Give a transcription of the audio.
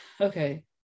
okay